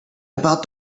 about